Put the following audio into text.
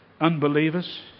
unbelievers